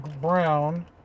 brown